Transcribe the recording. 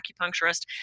acupuncturist